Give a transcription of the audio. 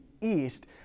east